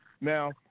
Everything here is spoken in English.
Now